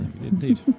indeed